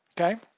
okay